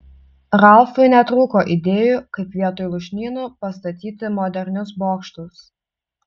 ralfui netrūko idėjų kaip vietoj lūšnynų pastatyti modernius bokštus